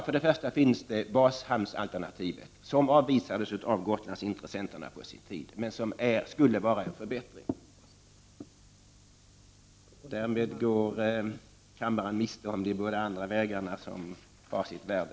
För det första finns det bashamnsalternativet, som på sin tid avvisades av Gotlandsintressenterna men som skulle vara en förbättring... Fru talmannen knackar med klubban; därmed går kammaren miste om de båda andra vägarna, som också har sitt värde.